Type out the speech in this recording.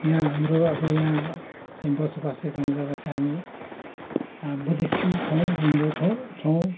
यहाँ हाम्रो अब यहाँ हामी बसोबासो गर्ने जग्गा चाहिँ हामी बुद्धिस्ट पनि छौँ हिन्दू छौँ छौँ